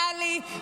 טלי,